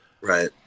Right